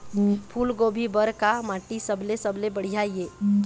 फूलगोभी बर का माटी सबले सबले बढ़िया ये?